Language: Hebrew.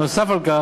נוסף על כך,